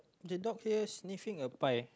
the dog here sniffing a pie